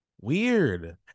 Weird